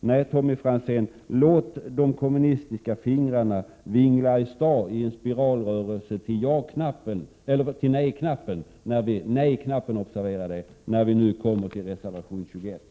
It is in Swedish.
Nej, Tommy Franzén, låt det kommunistiska fingret vingla i väg till nej-knappen när vi skall rösta om reservation 21.